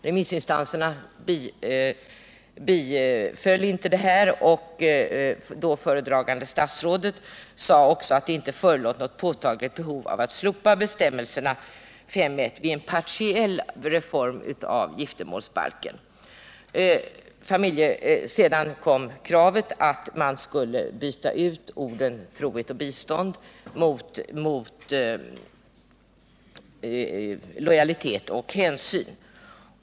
Remissinstanserna biträdde emellertid inte detta förslag, och föredragande statsrådet anförde också att det inte förelåg något påtagligt Nr 53 behov av att slopa bestämmelserna i 5 kap. 1§ vid en partiell reform av Onsdagen den giftermålsbalken. Sedan framställdes kravet på att man skulle byta ut orden 13 december 1978 att man och hustru är skyldiga varandra ”trohet och bistånd” mot orden lojalitet och hänsyn”.